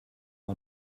man